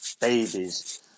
babies